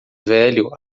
velho